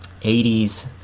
80s